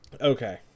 okay